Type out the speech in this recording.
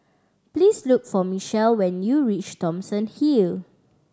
please look for Michell when you reach Thomson Hill